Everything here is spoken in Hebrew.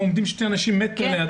אני